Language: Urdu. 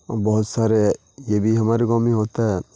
بہت سارے یہ بھی ہمارے گاؤں میں ہوتا ہے